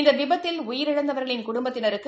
இந்தவிபத்தில் உயிரிழந்தவா்களின் குடும்பத்தினருக்கு